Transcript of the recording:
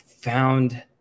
found